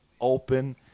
Open